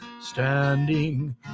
standing